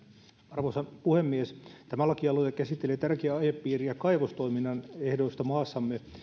arvoisa puhemies tämä lakialoite käsittelee tärkeää aihepiiriä kaivostoiminnan ehdoista maassamme